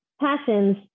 passions